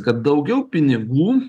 kad daugiau pinigų